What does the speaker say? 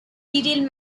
detailed